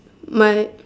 mine